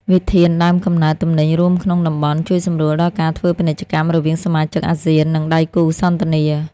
វិធានដើមកំណើតទំនិញរួមក្នុងតំបន់ ជួយសម្រួលដល់ការធ្វើពាណិជ្ជកម្មរវាងសមាជិកអាស៊ាន និងដៃគូសន្ទនា។